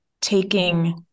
taking